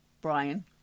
Brian